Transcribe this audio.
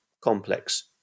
complex